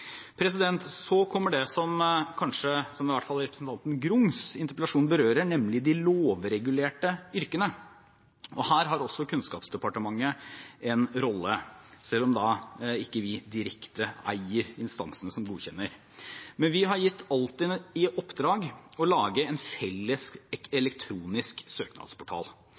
representanten Grungs interpellasjon berører, nemlig de lovregulerte yrkene. Her har også Kunnskapsdepartementet en rolle selv om vi ikke direkte eier instansene som godkjenner. Vi har gitt Altinn i oppdrag å lage en felles elektronisk søknadsportal.